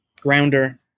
Grounder